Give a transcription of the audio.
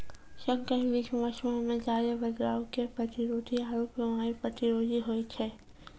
संकर बीज मौसमो मे ज्यादे बदलाव के प्रतिरोधी आरु बिमारी प्रतिरोधी होय छै